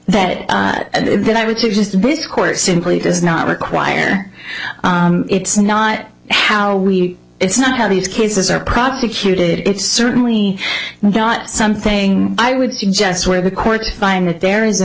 that then i would to just be this court simply does not require it's not how we it's not how these cases are prosecuted it's certainly not something i would suggest where the courts find that there is a